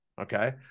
Okay